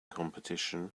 competition